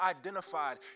identified